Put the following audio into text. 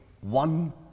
one